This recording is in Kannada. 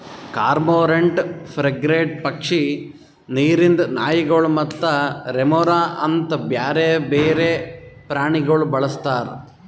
ಕಾರ್ಮೋರೆಂಟ್, ಫ್ರೆಗೇಟ್ ಪಕ್ಷಿ, ನೀರಿಂದ್ ನಾಯಿಗೊಳ್ ಮತ್ತ ರೆಮೊರಾ ಅಂತ್ ಬ್ಯಾರೆ ಬೇರೆ ಪ್ರಾಣಿಗೊಳ್ ಬಳಸ್ತಾರ್